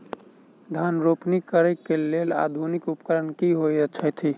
धान रोपनी करै कऽ लेल आधुनिक उपकरण की होइ छथि?